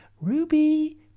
Ruby